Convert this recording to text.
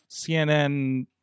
CNN